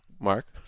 Mark